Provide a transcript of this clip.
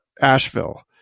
Asheville